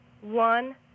one